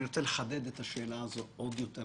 אני רוצה לחדד את השאלה הזאת עוד יותר,